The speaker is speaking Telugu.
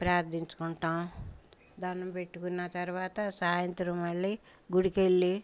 ప్రార్థించుకుంటాం దండం పెట్టుకున్న తర్వాత సాయంత్రం మళ్ళీ గుడికెళ్ళి